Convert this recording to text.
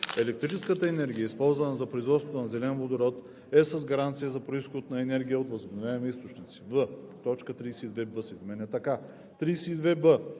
Електрическата енергия, използвана за производството на зелен водород е с гаранция за произход на енергия от възобновяеми източници.“; в) точка 32б се изменя така: